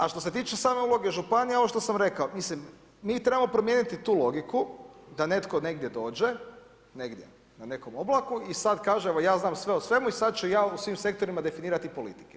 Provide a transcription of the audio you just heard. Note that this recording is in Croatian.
A što se tiče same uloge županije, ovo što sam rekao, mi trebao promijeniti tu logiku, da netko negdje dođe, negdje na nekom oblaku i sad kaže, ja znam sve o svemu i sad ću ja u svim sektorima definirati politike.